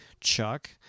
Chuck